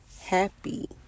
happy